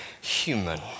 human